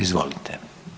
Izvolite.